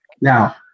Now